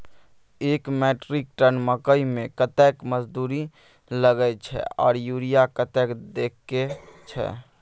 एक metric ton मकई में कतेक मजदूरी लगे छै आर यूरिया कतेक देके छै?